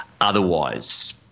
otherwise